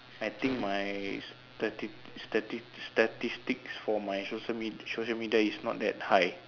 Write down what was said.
I think my statis~ statis~ statistics for my social med~ social media is not that high